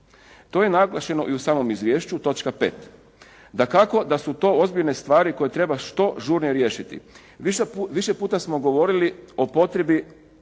To je naglašeno i u samom izvješću točka 5. dakako da su to ozbiljne stvari koje treba što žurnije riješiti. Više puta smo govorili o potrebi